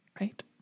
Right